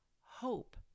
hope